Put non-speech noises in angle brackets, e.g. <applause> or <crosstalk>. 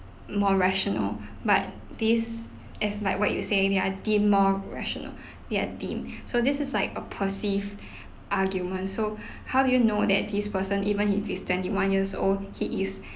more rational but this as like what you say they're deemed more rational they're deemed so this is like a perceived <breath> argument so <breath> how do you know that this person even if he's twenty one years old he is